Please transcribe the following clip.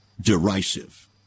derisive